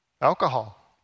Alcohol